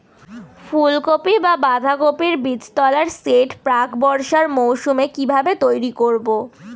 ফুলকপি বা বাঁধাকপির বীজতলার সেট প্রাক বর্ষার মৌসুমে কিভাবে তৈরি করব?